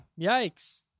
Yikes